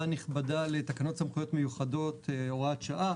הנכבדה לתקנות סמכויות מיוחדות (הוראת שעה),